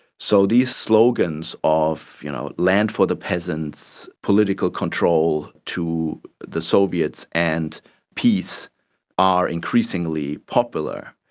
so these slogans of you know land for the peasants, political control to the soviets and peace are increasingly popular.